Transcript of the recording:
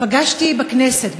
פגשתי בכנסת,